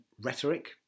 rhetoric